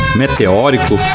meteórico